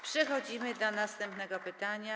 Przechodzimy do następnego pytania.